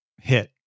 hit